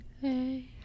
Hey